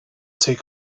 take